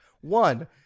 one